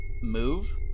move